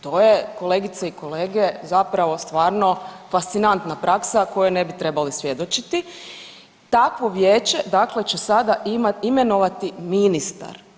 To je, kolegice i kolege, zapravo stvarno fascinantna praksa koje ne bi trebali svjedočiti, takvo vijeće dakle će sada imati, imenovati ministar.